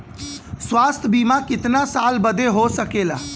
स्वास्थ्य बीमा कितना साल बदे हो सकेला?